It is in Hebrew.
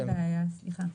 נדייק,